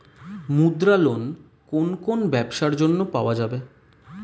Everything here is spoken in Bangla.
মুদ্রা লোন কোন কোন ব্যবসার জন্য পাওয়া যাবে?